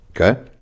okay